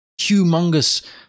humongous